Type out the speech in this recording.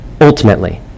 Ultimately